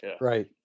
right